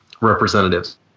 representatives